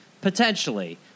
Potentially